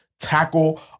tackle